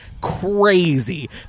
crazy